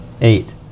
Eight